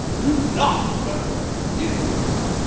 do not welcome these tendencies,